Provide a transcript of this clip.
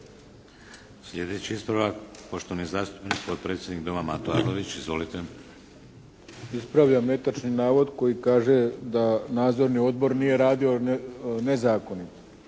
Sljedeći ispravak poštovani zastupnik potpredsjednik Doma Mato Arlović. Izvolite. **Arlović, Mato (SDP)** Ispravljam netočni navod koji kaže da Nadzorni odbor nije radio nezakonito.